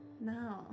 No